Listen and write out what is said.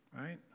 right